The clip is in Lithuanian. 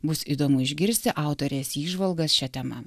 bus įdomu išgirsti autorės įžvalgas šia tema